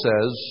says